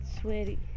sweaty